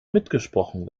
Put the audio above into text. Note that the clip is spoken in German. mitgesprochen